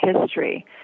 history